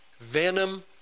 Venom